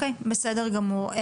בסדר גמור.